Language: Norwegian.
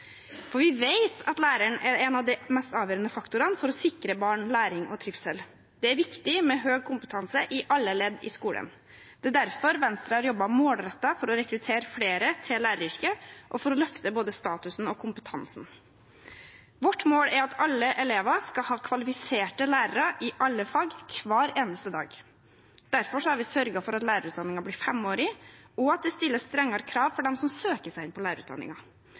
For vi vet at læreren er en av de mest avgjørende faktorene for å sikre barn læring og trivsel. Det er viktig med høy kompetanse i alle ledd i skolen. Det er derfor Venstre har jobbet målrettet for å rekruttere flere til læreryrket og for å løfte både statusen og kompetansen. Vårt mål er at alle elever skal ha kvalifiserte lærere i alle fag, hver eneste dag. Derfor har vi sørget for at lærerutdanningen har blitt femårig, og at det stilles strengere krav til dem som søker seg inn på